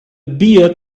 beer